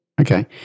Okay